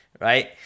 right